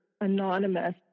anonymous